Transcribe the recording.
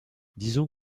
disons